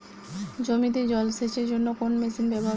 জমিতে জল সেচের জন্য কোন মেশিন ব্যবহার করব?